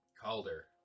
Calder